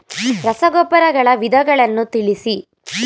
ರಸಗೊಬ್ಬರಗಳ ವಿಧಗಳನ್ನು ತಿಳಿಸಿ?